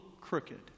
crooked